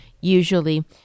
Usually